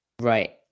Right